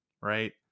right